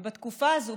ובתקופה הזו,